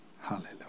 Hallelujah